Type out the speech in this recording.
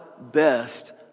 best